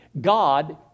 God